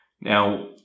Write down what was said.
now